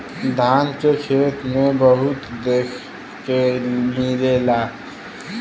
धान के खेते में बहुते देखे के मिलेला